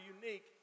unique